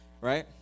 Right